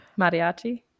Mariachi